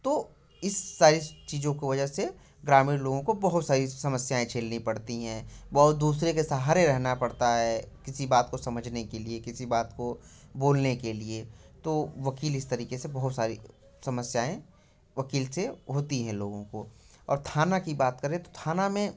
तो इस सारी चीज़ों की वजह से ग्रामीण लोगों को बहुत सारी समस्याएं झेलनी पड़ती है वह दूसरे के सहारे रहना पड़ता है किसी बात को समझने के लिए किसी बात को बोलने के लिए तो वकील इस तरीके से बहुत सारी समस्याएं वकील से होती है लोगों को और थाना की बात करें तो थाना में